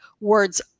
words